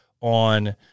on